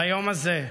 ביום הזה,